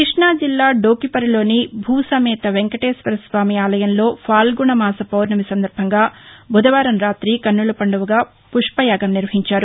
క్బస్తా జిల్లా డోకిపురులోని భూసమేత వేంకటేశ్వర స్వామి ఆలయంలో ఫాల్గుణ మాస పౌర్ణమి సందర్బంగా నిన్న రాతి కన్నుల పండువగా పుష్పయాగం నిర్వహించారు